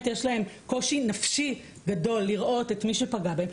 שיש להן קושי נפשי גדול לראות את מי שפגע בהן.